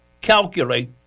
calculate